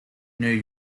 new